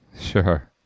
Sure